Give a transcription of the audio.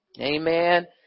amen